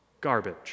garbage